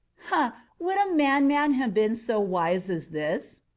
ha! would a madman have been so wise as this?